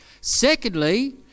Secondly